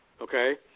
okay